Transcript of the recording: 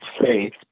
faith